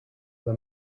dla